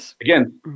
again